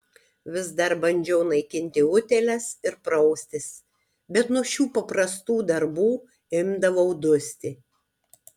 vis dar bandžiau naikinti utėles ir praustis bet nuo šių paprastų darbų imdavau dusti